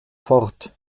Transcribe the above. fort